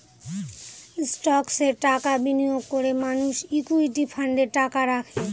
স্টকসে টাকা বিনিয়োগ করে মানুষ ইকুইটি ফান্ডে টাকা রাখে